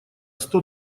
сто